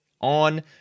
on